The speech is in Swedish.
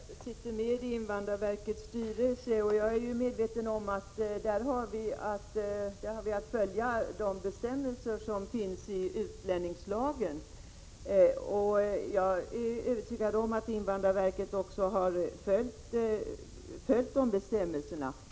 Herr talman! Jag sitter med i invandrarverkets styrelse, och jag är medveten om att vi där har att följa de bestämmelser som finns i utlänningslagen. Jag är övertygad om att invandrarverket också har följt de bestämmelserna.